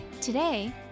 Today